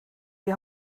die